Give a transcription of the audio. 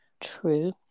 True